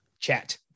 chat